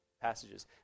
passages